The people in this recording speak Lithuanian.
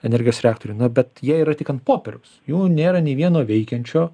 energijos reaktoriai na bet jie yra tik ant popieriaus jų nėra nei vieno veikiančio